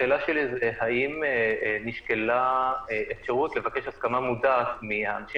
שאלתי היא: האם נשקלה אפשרות לבקש הסכמה מודעת מהאנשים